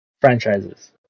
franchises